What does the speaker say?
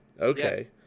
Okay